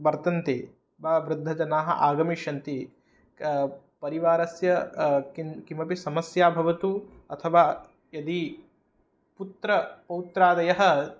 वर्तन्ते बा वृद्धजनाः आगमिष्यन्ति परिवारस्य किं किमपि समस्या भवतु अथवा यदि पुत्रपौत्रादयः